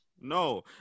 No